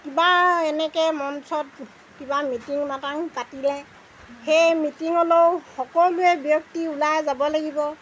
কিবা এনেকৈ মঞ্চত কিবা মিটিং মাটাং পাতিলে সেই মিটিঙলৈও সকলো ব্যক্তি ওলাই যাব লাগিব